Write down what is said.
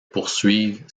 poursuivre